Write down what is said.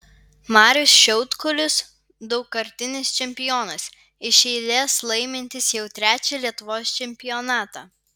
marius šiaudkulis daugkartinis čempionas iš eilės laimintis jau trečiąjį lietuvos čempionatą